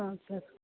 ಹಾಂ ಸರ್